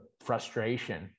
frustration